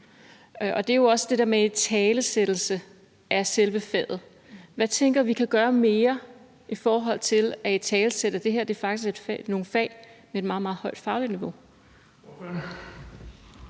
handler jo også om det der med italesættelsen af selve faget. Jeg tænker, at vi kan gøre mere i forhold til at italesætte, at det her faktisk er nogle fag med et meget, meget højt fagligt niveau.